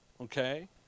Okay